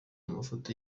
amafoto